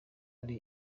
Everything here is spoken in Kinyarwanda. ari